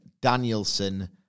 Danielson